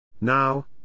Now